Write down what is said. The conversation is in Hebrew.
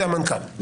זה המנכ"ל,